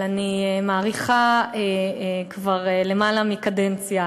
אבל אני מעריכה כבר יותר מקדנציה